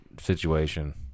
situation